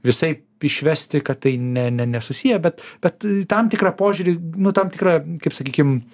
visaip išvesti kad tai ne nesusiję bet bet tam tikrą požiūrį nu tam tikrą kaip sakykim